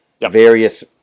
various